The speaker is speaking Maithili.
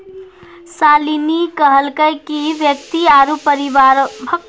शालिनी कहलकै कि व्यक्ति आरु परिवारो के देलो कर्जा मे बंधक ऋण आरु आयकर शामिल छै